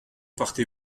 partez